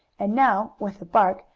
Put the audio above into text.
and now, with a bark,